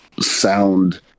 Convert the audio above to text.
sound